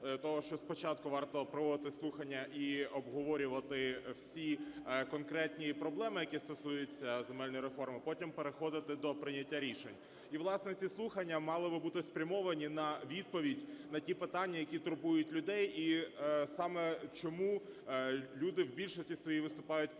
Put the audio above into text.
того, що спочатку варто проводити слухання і обговорювати всі конкретні проблеми, які стосуються земельної реформи, потім переходити до прийняття рішень. І, власне, ці слухання мали би бути спрямовані на відповідь, на ті питання, які турбують людей і саме чому люди в більшості своїй виступають проти